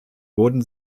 wurden